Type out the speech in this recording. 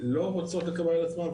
לא רוצים לקבל על עצמם,